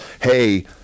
hey